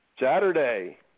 Saturday